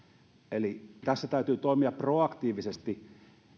eli tässä täytyy toimia proaktiivisesti